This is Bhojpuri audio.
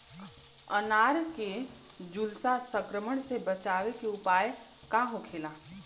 अनार के झुलसा संक्रमण से बचावे के उपाय का होखेला?